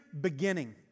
beginning